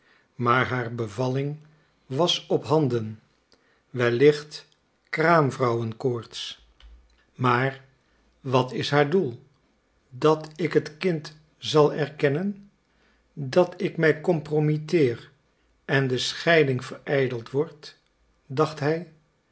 maar haar bevalling was op handen wellicht kraamvrouwenkoorts maar wat is haar doel dat ik het kind zal erkennen dat ik mij compromitteer en de scheiding verijdeld wordt dacht hij